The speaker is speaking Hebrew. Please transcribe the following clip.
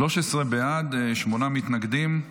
13 בעד, שמונה מתנגדים.